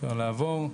אפשר לעבור.